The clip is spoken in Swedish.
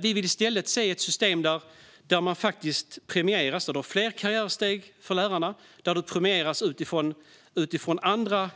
Vi vill i stället se ett system där det finns fler karriärsteg för lärarna och där man premieras utifrån andra